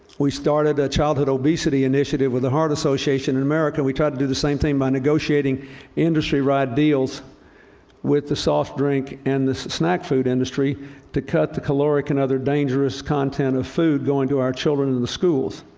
we started a childhood obesity initiative with the heart association in america. we tried to do the same thing by negotiating industry-right deals with the soft drink and the snack food industry to cut the caloric and other dangerous content of food going to our children in in the schools.